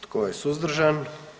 Tko je suzdržan?